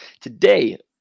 today